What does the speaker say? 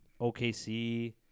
OKC